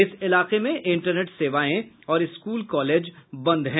इस इलाके में इंटरनेट सेवाएं और स्कूल कॉलेज बंद हैं